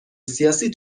سیاسی